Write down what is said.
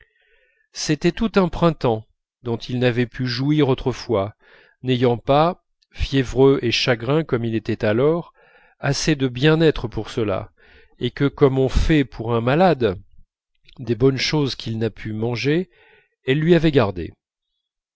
c'était tout un printemps dont il n'avait pas pu jouir autrefois n'ayant pas fiévreux et chagrin comme il était alors assez de bien-être pour cela et que comme on fait pour un malade des bonnes choses qu'il n'a pu manger elle lui avait gardé